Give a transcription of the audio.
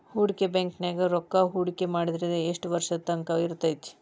ಹೂಡಿ ಬ್ಯಾಂಕ್ ನ್ಯಾಗ್ ರೂಕ್ಕಾಹೂಡ್ಕಿ ಮಾಡಿದ್ರ ಯೆಷ್ಟ್ ವರ್ಷದ ತಂಕಾ ಇರ್ತೇತಿ?